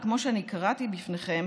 וכמו שאני קראתי בפניכם,